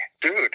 dude